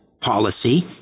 policy